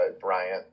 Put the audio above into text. Bryant